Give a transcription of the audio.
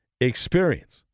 experience